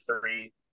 three